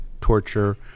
torture